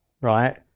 Right